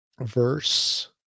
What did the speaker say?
verse